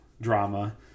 drama